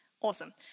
Awesome